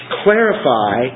clarify